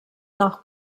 nach